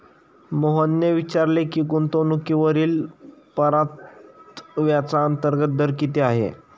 मोहनने विचारले की गुंतवणूकीवरील परताव्याचा अंतर्गत दर किती आहे?